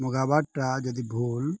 ମଗାବାରଟା ଯଦି ଭୁଲ